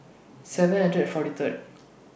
seven hundred forty Third